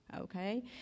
Okay